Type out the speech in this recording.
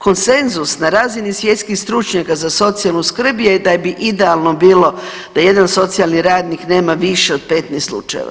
Konsenzus na razini svjetskih stručnjaka za socijalnu skrb je da bi idealno bilo da jedan socijalni radnik nema više od 15 slučajeva.